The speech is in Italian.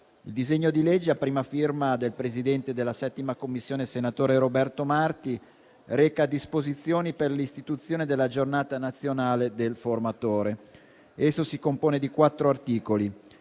Il disegno di legge, a prima firma del presidente della 7a Commissione, senatore Roberto Marti, reca disposizioni per l'istituzione della Giornata nazionale del formatore. Esso si compone di quattro articoli.